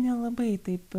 nelabai taip